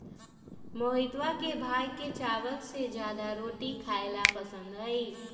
मोहितवा के भाई के चावल से ज्यादा रोटी खाई ला पसंद हई